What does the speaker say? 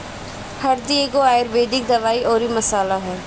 हरदी एगो आयुर्वेदिक दवाई अउरी मसाला हअ